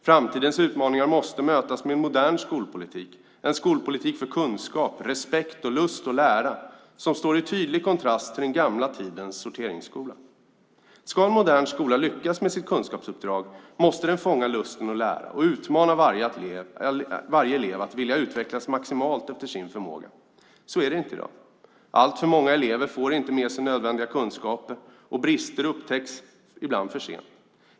Framtidens utmaningar måste mötas med en modern skolpolitik, med en skolpolitik för kunskap, respekt och lust att lära som står i tydlig kontrast till den gamla tidens sorteringsskola. För att en modern skola ska lyckas med sitt kunskapsuppdrag måste den fånga lusten att lära och utmana varje elev att vilja utvecklas maximalt efter sin förmåga. Så är det inte i dag. Alltför många elever får inte med sig nödvändiga kunskaper, och brister upptäcks ibland för sent.